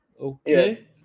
okay